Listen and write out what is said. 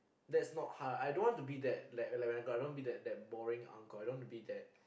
that's not how I don't want to be that like like I don't want to be that that boring uncle I don't want to be that